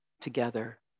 together